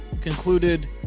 concluded